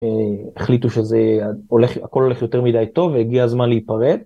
החליטו שזה הולך הכל הולך יותר מדי טוב הגיע הזמן להיפרד.